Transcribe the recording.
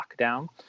lockdown